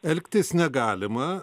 elgtis negalima